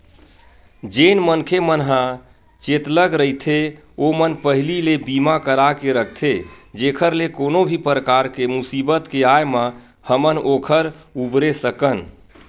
जेन मनखे मन ह चेतलग रहिथे ओमन पहिली ले बीमा करा के रखथे जेखर ले कोनो भी परकार के मुसीबत के आय म हमन ओखर उबरे सकन